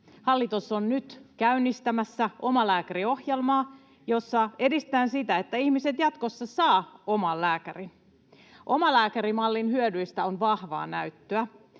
Hallitus on nyt käynnistämässä omalääkäriohjelmaa, [Sinuhe Wallinheimo: Vihdoin!] jossa edistetään sitä, että ihmiset jatkossa saavat oman lääkärin. Omalääkärimallin hyödyistä on vahvaa näyttöä.